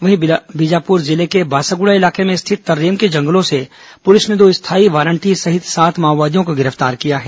वहीं बीजापुर जिले के बासागुड़ा इलाके में स्थित तर्रेम के जंगलों से पुलिस ने दो स्थायी वारंटी सहित सात माओवादियों को गिरफ्तार किया है